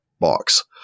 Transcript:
box